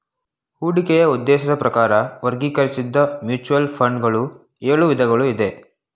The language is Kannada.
ಹೂಡಿಕೆಯ ಉದ್ದೇಶದ ಪ್ರಕಾರ ವರ್ಗೀಕರಿಸಿದ್ದ ಮ್ಯೂಚುವಲ್ ಫಂಡ್ ಗಳು ಎಳು ವಿಧಗಳು ಇದೆ